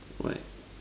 why